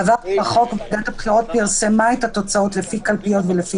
בעבר הרחוק ועדת הבחירות פרסמה את התוצאות לפי קלפיות ולפי